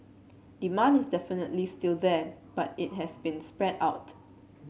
demand is definitely still there but it has been spread out